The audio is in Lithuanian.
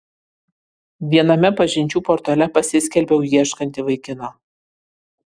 viename pažinčių portale pasiskelbiau ieškanti vaikino